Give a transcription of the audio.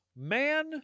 man